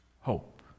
hope